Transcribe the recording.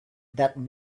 that